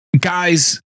guys